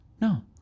No